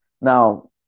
Now